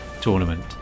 tournament